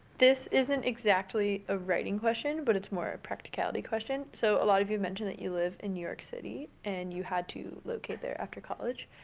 this isn't exactly a writing question, but it's more a practicality question. so a lot of you mentioned that you live in new york city and you had to locate there after college.